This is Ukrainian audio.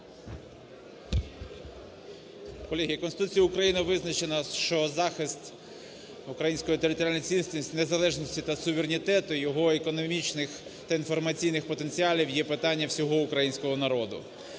Колеги, в Конституції України визначено, що захист української територіальної цілісності, незалежності та суверенітету, його економічних та інформаційних потенціалів, є питання всього українського народу.